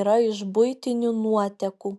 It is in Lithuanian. yra iš buitinių nuotekų